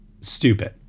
Stupid